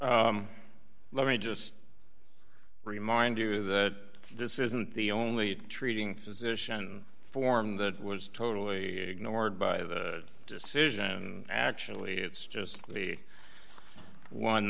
you let me just remind you that this isn't the only treating physician forum that was totally ignored by the decision actually it's just the one